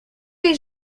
les